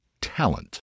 talent